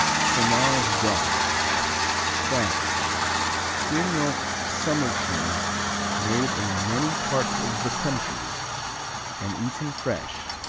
fromage blanc france skim-milk summer cheese made in many parts of the country and eaten fresh,